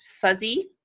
fuzzy